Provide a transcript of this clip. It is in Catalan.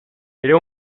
era